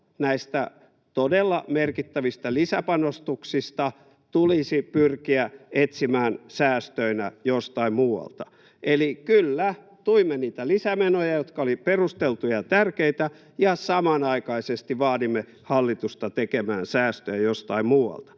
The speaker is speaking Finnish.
näistä todella merkittävistä lisäpanostuksista tulisi pyrkiä etsimään säästöinä jostain muualta. Eli kyllä, tuimme niitä lisämenoja, jotka olivat perusteltuja ja tärkeitä, ja samanaikaisesti vaadimme hallitusta tekemään säästöjä jostain muualta.